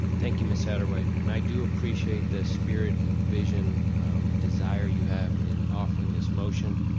thank you ms. satterwhite, and i do appreciate the spirit and vision and desire you have in offering this motion.